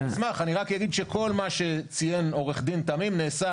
רק אגיד שכל מה שציין עו"ד תמים נעשה